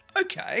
Okay